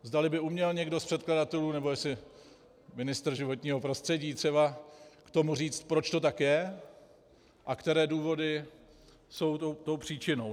Zdali by uměl někdo z předkladatelů, nebo jestli ministr životního prostředí třeba, k tomu říct, proč to tak je a které důvody jsou příčinou.